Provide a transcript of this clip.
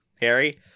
Harry